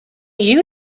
you